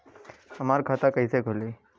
हमार खाता कईसे खुली?